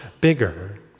bigger